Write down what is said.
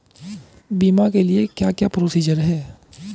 बीमा के लिए क्या क्या प्रोसीजर है?